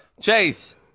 Chase